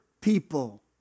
people